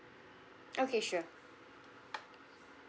okay sure